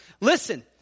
Listen